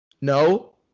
No